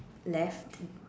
left